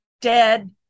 dead